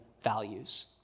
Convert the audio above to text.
values